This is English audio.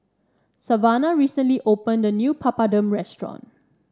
Savanna recently opened a new Papadum restaurant